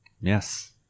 Yes